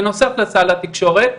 בנוסף לסל התקשורת.